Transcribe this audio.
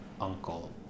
uncle